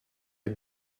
est